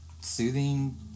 soothing